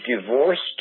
divorced